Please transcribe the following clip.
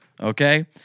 okay